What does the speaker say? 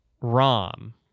ROM